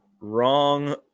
wrong